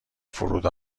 فرود